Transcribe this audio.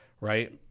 Right